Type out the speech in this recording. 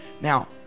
now